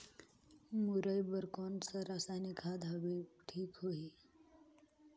मुरई बार कोन सा रसायनिक खाद हवे ठीक होही?